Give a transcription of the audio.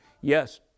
Yes